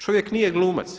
Čovjek nije glumac.